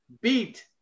beat